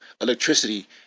electricity